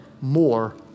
more